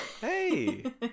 Hey